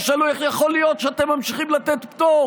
ישאלו איך יכול להיות שאתם ממשיכים לתת פטור